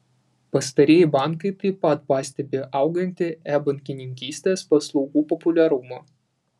pastarieji bankai taip pat pastebi augantį e bankininkystės paslaugų populiarumą